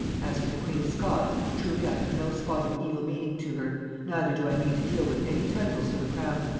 as for the queen of scots, truly i have no spot of evil meaning to her neither do i mean to deal with any titles to the crown.